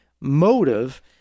motive